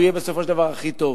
הוא יהיה בסופו של הדבר הכי טוב,